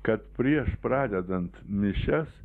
kad prieš pradedant mišias